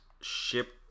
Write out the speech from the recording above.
ship